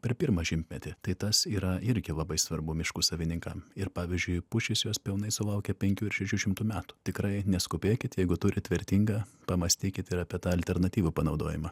per pirmą šimtmetį tai tas yra irgi labai svarbu miškų savininkam ir pavyzdžiui pušys jos pilnai sulaukia penkių ar šešių šimtų metų tikrai neskubėkit jeigu turit vertingą pamąstykit ir apie tą alternatyvų panaudojimą